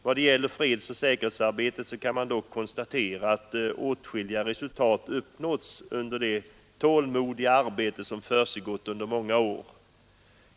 Vad gäller fredsoch säkerhetsarbetet kan man dock konstatera att åtskilliga resultat uppnåtts efter det tålmodiga arbete som pågått under många år.